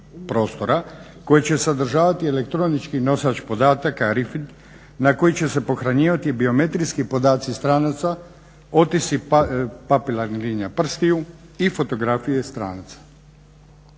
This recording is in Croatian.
koja će sadržavati elektronički nosač podataka RFID na koji će se pohranjivati biometrijski podaci stranaca, otisci papilarnih linija prstiju i fotografije stranaca.